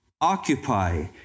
Occupy